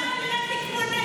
כל דקה נראית לי כמו נצח.